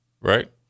right